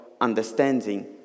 understanding